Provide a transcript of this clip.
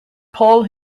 paul